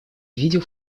видел